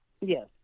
yes